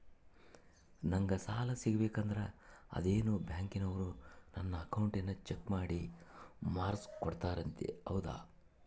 ನಂಗೆ ಸಾಲ ಸಿಗಬೇಕಂದರ ಅದೇನೋ ಬ್ಯಾಂಕನವರು ನನ್ನ ಅಕೌಂಟನ್ನ ಚೆಕ್ ಮಾಡಿ ಮಾರ್ಕ್ಸ್ ಕೋಡ್ತಾರಂತೆ ಹೌದಾ?